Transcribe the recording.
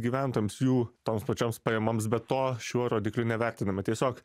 gyventojams jų toms pačioms pajamoms bet to šiuo rodikliu nevertiname tiesiog